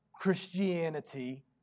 Christianity